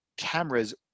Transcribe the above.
cameras